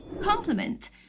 compliment